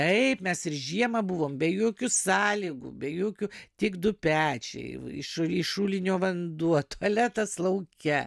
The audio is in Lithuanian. taip mes ir žiemą buvom be jokių sąlygų be jokių tik du pečiai iš šulinio vanduo tualetas lauke